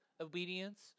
obedience